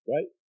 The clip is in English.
Right